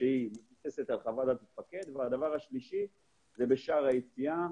שמתבססת על חוות דעת המפקד; והדבר השלישי הוא בשער היציאה,